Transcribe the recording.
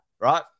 right